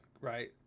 right